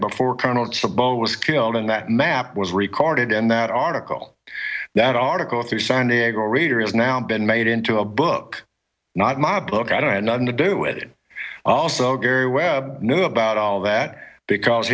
before colonel chabot was killed and that map was recorded and that article that article through san diego reader has now been made into a book not ma book i don't have none to do with it also gary webb knew about all that because